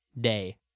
day